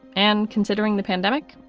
and considering the pandemic,